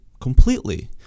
completely